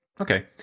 Okay